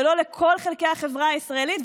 ולא לכל חלקי החברה הישראלית,